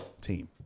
team